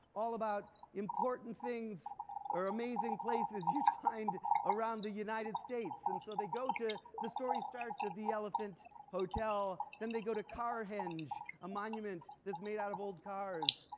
all about important things or amazing places you'd find around the united states. and so they go to the, the story starts at the elephant hotel. then they go to carhenge, a monument that's made out of old cars.